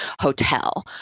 hotel